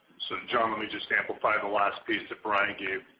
so john, let me just amplify the last piece that brian gave.